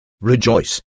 Rejoice